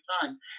time